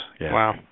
Wow